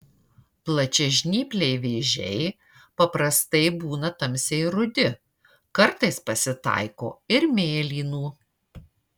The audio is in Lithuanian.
plačiažnypliai vėžiai paprastai būna tamsiai rudi kartais pasitaiko ir mėlynų